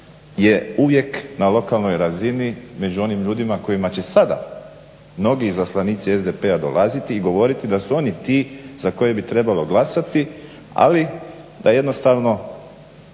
je uvijek na lokalnoj razini među onim ljudima kojima će sada mnogi izaslanici SDP-a dolaziti i govoriti da su oni ti za koje bi trebalo glasati ali da jednostavno